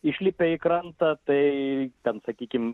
išlipę į krantą tai ten sakykim